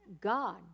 God